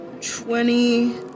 Twenty